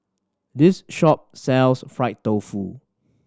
this shop sells fried tofu